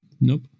Nope